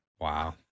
wow